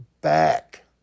back